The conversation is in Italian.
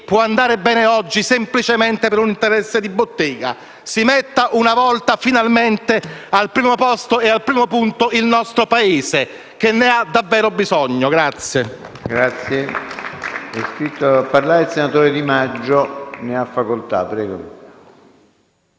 può andare bene oggi semplicemente per un interesse di bottega. Si metta una volta finalmente al primo posto e al primo punto il nostro Paese, che ne ha davvero bisogno. *(Applausi